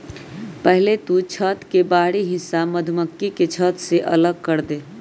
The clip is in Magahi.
पहले तु छत्त के बाहरी हिस्सा मधुमक्खी के छत्त से अलग करदे